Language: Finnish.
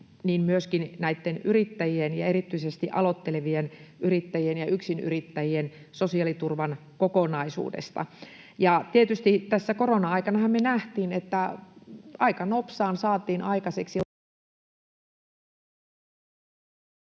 ja myöskin näiden yrittäjien ja erityisesti aloittelevien yrittäjien ja yksinyrittäjien sosiaaliturvan kokonaisuudesta. Ja tietysti tässä korona-aikanahan me nähtiin, että aika nopsaan saatiin aikaiseksi